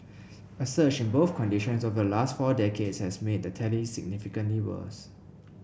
a surge in both conditions over the last four decades has made the tally significantly worse